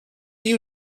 you